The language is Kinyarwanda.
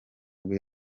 nibwo